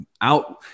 out